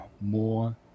more